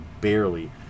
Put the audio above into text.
barely